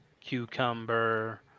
cucumber